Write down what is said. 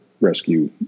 rescue